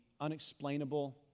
unexplainable